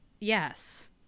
Yes